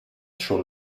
schon